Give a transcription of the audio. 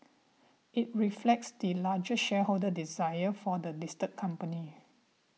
it reflects the largest shareholder's desire for the listed company